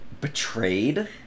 Betrayed